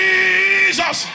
Jesus